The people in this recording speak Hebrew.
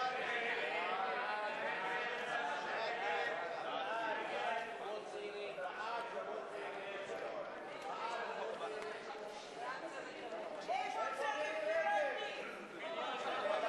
ההצעה להסיר מסדר-היום את הצעת חוק מיסוי מקרקעין (שבח ורכישה) (תיקון,